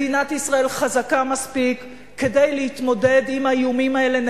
מדינת ישראל חזקה מספיק כדי להתמודד עם האיומים האלה,